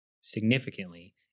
significantly